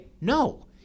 no